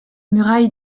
muraille